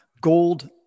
gold